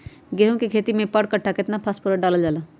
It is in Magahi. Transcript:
गेंहू के खेती में पर कट्ठा केतना फास्फोरस डाले जाला?